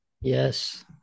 Yes